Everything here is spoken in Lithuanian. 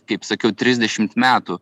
kaip sakiau trisdešimt metų